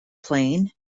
plane